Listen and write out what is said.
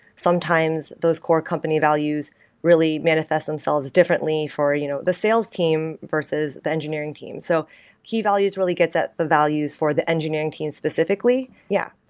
sometimes those core company values really manifest manifest themselves differently for you know the sales team versus the engineering team. so key values really gets at the values for the engineering team specifically. yeah,